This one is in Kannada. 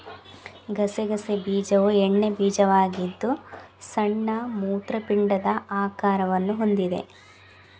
ಗಸಗಸೆ ಬೀಜವು ಎಣ್ಣೆ ಬೀಜವಾಗಿದ್ದು ಸಣ್ಣ ಮೂತ್ರಪಿಂಡದ ಆಕಾರವನ್ನು ಹೊಂದಿದೆ